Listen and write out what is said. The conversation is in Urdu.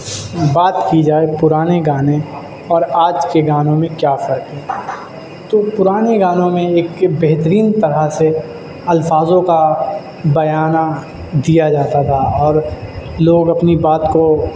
بات کی جائے پرانے گانے اور آج کے گانوں میں کیا فرق ہے تو پرانے گانوں میں ایک کے بہترین طرح سے الفاظوں کا بیانہ دیا جاتا تھا اور لوگ اپنی بات کو